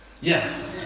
Yes